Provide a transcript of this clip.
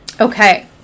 Okay